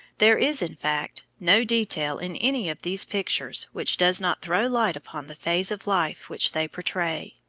there is, in fact, no detail in any of these pictures which does not throw light upon the phase of life which they portray.